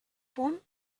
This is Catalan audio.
punt